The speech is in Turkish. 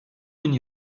bin